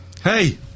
Hey